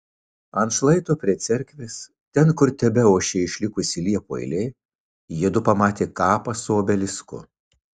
ant šlaito prie cerkvės ten kur tebeošė išlikusi liepų eilė jiedu pamatė kapą su obelisku